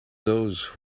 those